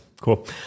Cool